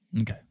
Okay